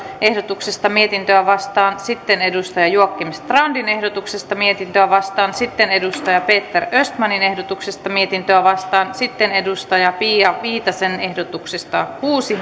ehdotuksesta mietintöä vastaan sitten joakim strandin ehdotuksesta mietintöä vastaan sitten peter östmanin ehdotuksesta mietintöä vastaan sitten pia viitasen ehdotuksesta